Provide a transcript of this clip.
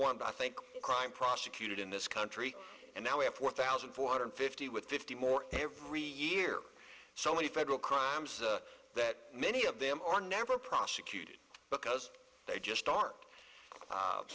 one but i think crime prosecuted in this country and now we have four thousand four hundred fifty with fifty more every year so many federal crimes that many of them are never prosecuted because they just